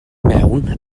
mewn